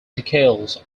decals